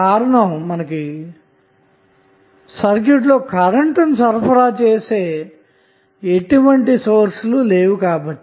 కారణం సర్క్యూట్లో కరెంటు ను సరఫరా చేయుటకు ఎటువంటి సోర్స్ లు లేవు కాబట్టి